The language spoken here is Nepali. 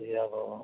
यो अब